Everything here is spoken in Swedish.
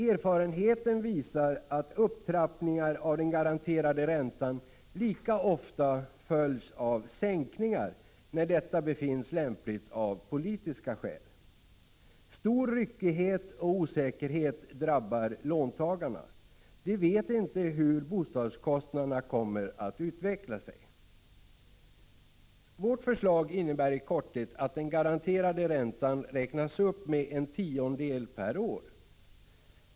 Erfarenheten visar att upptrappningar av den garanterade räntan lika ofta följs av sänkningar när detta befinns lämpligt av politiska skäl. Stor ryckighet och osäkerhet drabbar låntagarna. De vet inte hur bostadskostnaderna kommer att utveckla sig. Vårt förslag innebär i korthet att den garanterade räntan räknas upp med en tiondel per år.